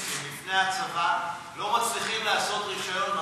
תלמידי מדינת ישראל התיכוניסטים לפני הצבא לא מצליחים לעשות רישיון,